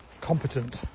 competent